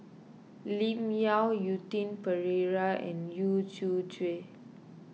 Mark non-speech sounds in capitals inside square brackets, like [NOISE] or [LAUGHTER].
Lim Yau Quentin Pereira and Yu [UNINTELLIGIBLE]